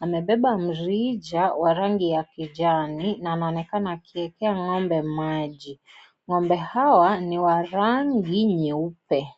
amebeba mrija wa rangi ya kijani na anaonekana akiwekea ng'ombe maji. Ng'ombe hawa ni wa rangi nyeupe.